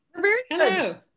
Hello